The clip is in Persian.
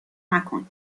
مکن